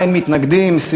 בעד, 29, אין מתנגדים.